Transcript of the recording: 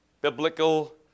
biblical